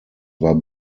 war